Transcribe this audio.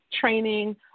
training